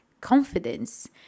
confidence